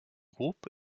groupe